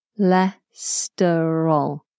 Cholesterol